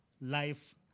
life